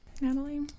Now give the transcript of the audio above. Natalie